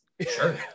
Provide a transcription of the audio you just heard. Sure